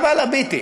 אבל הביטי,